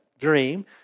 dream